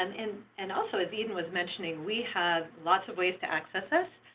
um and and also as eden was mentioning, we have lots of ways to access this.